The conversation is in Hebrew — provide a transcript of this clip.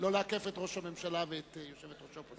לא לעכב את ראש הממשלה ואת יושבת-ראש האופוזיציה.